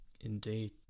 Indeed